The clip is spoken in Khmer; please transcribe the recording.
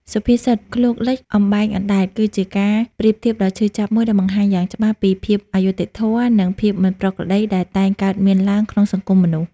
សុភាសិត "ឃ្លោកលិច អំបែងអណ្ដែត" គឺជាការប្រៀបធៀបដ៏ឈឺចាប់មួយដែលបង្ហាញយ៉ាងច្បាស់ពីភាពអយុត្តិធម៌ និងភាពមិនប្រក្រតីដែលតែងកើតមានឡើងក្នុងសង្គមមនុស្ស។